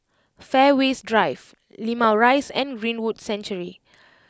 Fairways Drive Limau Rise and Greenwood Sanctuary